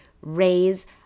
raise